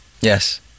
Yes